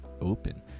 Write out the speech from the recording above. open